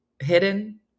hidden